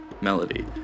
melody